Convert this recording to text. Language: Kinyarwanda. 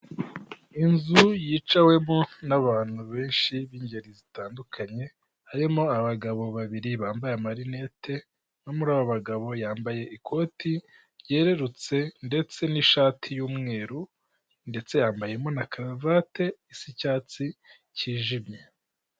Inzu yicawemo n'abantu benshi b'ingeri zitandukanye harimo abagabo babiri bambaye amarinete, no muri abo bagabo yambaye ikoti ryererutse ndetse n'ishati y'umweru ndetse yambayemo na karuvati isa icyatsi kijimye.